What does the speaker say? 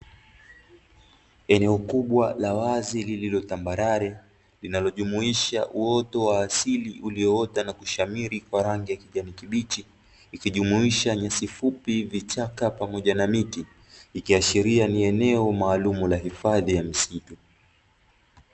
Eneo kubwa la wazi liliolotambarare, linalojumuisha uoto wa asili ulioota na kushamiri kwa rangi ya kijani kibichi; ikijumuisha nyasi fupi, vichaka pamoja na miti. Ikiashiria ni eneo maalumu la uhifadhi wa msitu .